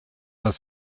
was